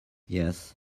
yes